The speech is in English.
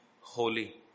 holy